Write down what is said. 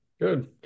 good